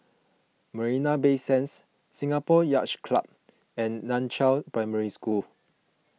Marina Bay Sands Singapore Yacht Club and Nan Chiau Primary School